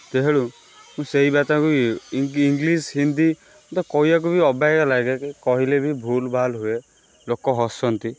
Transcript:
ମୁଁ ସେଇ ଭାଷାକୁ ଇଙ୍ଗଲିଶ୍ ହିନ୍ଦୀ ମତେ କହିବାକୁ ଅବାଗିଆ ଲାଗେ କହିଲେ ବି ଭୁଲ୍ ଭାଲ୍ ହୁଏ ଲୋକ ହସନ୍ତି